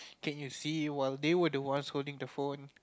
can you see while they were the ones holding the phone